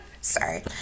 Sorry